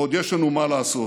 ועוד יש לנו מה לעשות.